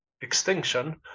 extinction